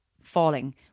Falling